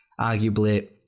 Arguably